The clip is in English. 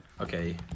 Okay